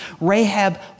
Rahab